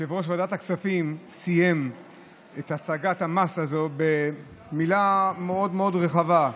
יושב-ראש ועדת הכספים סיים את הצגת המס הזו במילה מאוד רחבה,